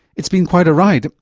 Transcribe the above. it's been quite a ride,